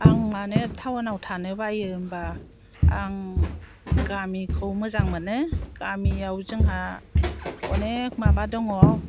आं मानो टाउनाव थानो बायो होनबा आं गामिखौ मोजां मोनो गामियाव जोंहा अनेक माबा दङ